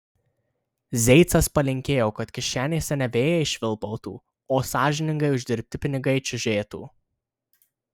zeicas palinkėjo kad kišenėse ne vėjai švilpautų o sąžiningai uždirbti pinigai čiužėtų